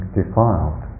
defiled